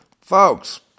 Folks